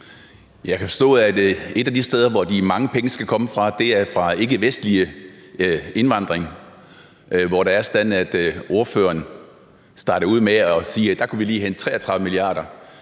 Jeg kan forstå, at et af de steder, hvor de mange penge skal komme fra, er fra ikkevestlig indvandring, hvor det er sådan, at ordføreren startede ud med at sige, at der kunne vi lige hente 33 mia. kr.